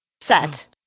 Set